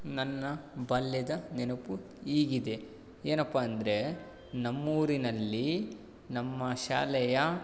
ನನ್ನ ಬಾಲ್ಯದ ನೆನಪು ಈಗಿದೆ ಏನಪ್ಪ ಅಂದರೆ ನಮ್ಮೂರಿನಲ್ಲಿ ನಮ್ಮ ಶಾಲೆಯ